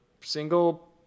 single